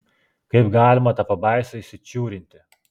kaip galima tą pabaisą įsičiūrinti